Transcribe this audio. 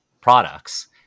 products